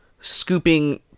scooping